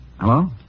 Hello